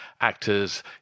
actors